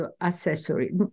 accessory